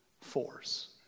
force